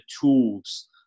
tools